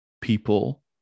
people